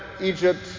Egypt